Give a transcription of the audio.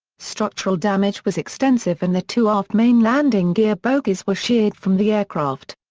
structural damage was extensive and the two aft main landing gear bogies were sheared from the aircraft.